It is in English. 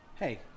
Hey